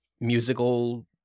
musical